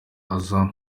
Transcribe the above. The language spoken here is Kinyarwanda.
aza